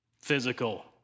physical